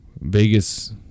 Vegas